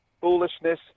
foolishness